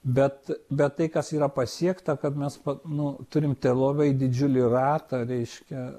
bet bet tai kas yra pasiekta kad mes nu turim labai didžiulį ratą reiškia